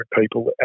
people